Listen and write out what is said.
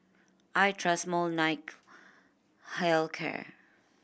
I trust Molnylcke Health Care